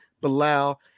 Bilal